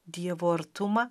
dievo artumą